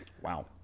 Wow